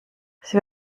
sie